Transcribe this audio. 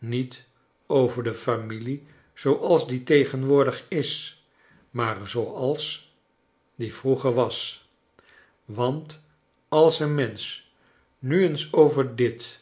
niet over de familie zooals die tegenwoordig is maar zooals ze vroeger was want als een mensch nu eens over dit